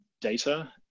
data